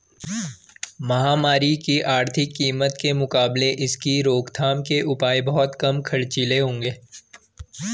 महामारी की आर्थिक कीमत के मुकाबले इसकी रोकथाम के उपाय बहुत कम खर्चीले होंगे